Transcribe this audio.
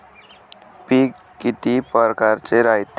पिकं किती परकारचे रायते?